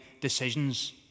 decisions